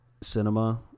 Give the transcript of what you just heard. cinema